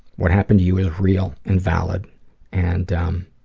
what happened to you is real and valid and um,